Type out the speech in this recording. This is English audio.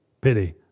Pity